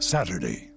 Saturday